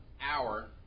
hour